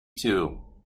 two